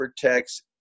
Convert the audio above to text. protects